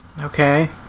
okay